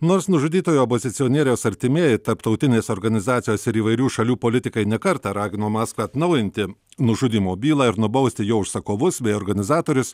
nors nužudytojo opozicionieriaus artimieji tarptautinės organizacijos ir įvairių šalių politikai ne kartą ragino maskvą atnaujinti nužudymo bylą ir nubausti jo užsakovus bei organizatorius